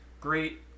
great